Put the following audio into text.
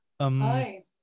Hi